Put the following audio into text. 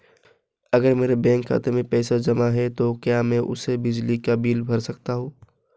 अगर मेरे बैंक खाते में पैसे जमा है तो क्या मैं उसे बिजली का बिल भर सकता हूं?